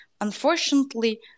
unfortunately